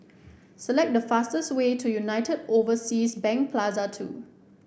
select the fastest way to United Overseas Bank Plaza Two